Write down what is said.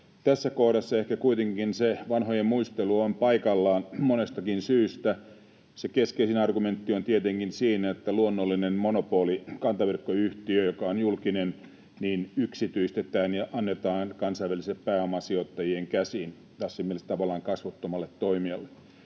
Tässä kohdassa ehkä kuitenkin se vanhojen muistelu on paikallaan monestakin syystä. Keskeisin argumentti on tietenkin siinä, että luonnollinen monopoli, kantaverkkoyhtiö, joka on julkinen, yksityistetään ja annetaan kansainvälisten pääomasijoittajien käsiin — tässä mielessä tavallaan kasvottomalle toimijalle.